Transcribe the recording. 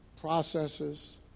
processes